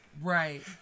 Right